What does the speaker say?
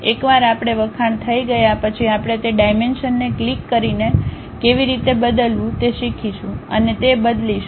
એકવાર આપણે વખાણ થઈ ગયા પછી આપણે તે ડાઇમેંશનને ક્લિક કરીને કેવી રીતે બદલવું તે શીખીશું અને તે બદલીશું